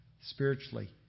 spiritually